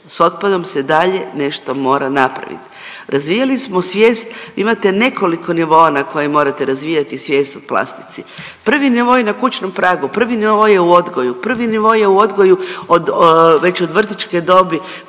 s otpadom se dalje nešto mora napravit, razvijali smo svijest, imate nekoliko nivoa na kojima morate razvijati svijest o plastici. Prvi nivo je na kućnom pragu, prvi nivo je u odgoju, prvi nivo je u odgoju od, već od vrtićke dobi,